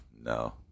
no